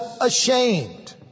ashamed